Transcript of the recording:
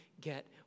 get